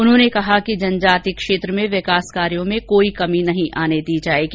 उन्होंने कहा कि जनजाति क्षेत्र में विकास कार्यों में कोई कमी नहीं आने दी जाएगी